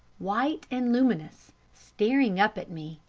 white and luminous, staring up at me.